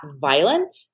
violent